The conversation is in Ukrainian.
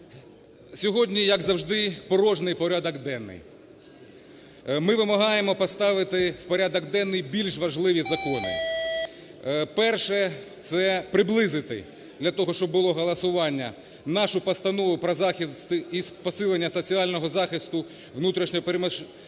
Сьогодні, як завжди, порожній порядок денний. Ми вимагаємо поставити в порядок денний більш важливі закони. Перше. Це приблизити, для того, щоб було голосування, нашу Постанову про захист і посилення соціального захисту внутрішньо переміщених